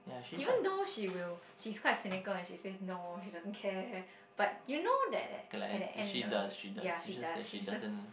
even though she will she's quite cynical and she says no she doesn't care but you know that at the end of it ya she does she's just